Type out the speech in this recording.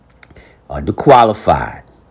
underqualified